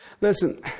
Listen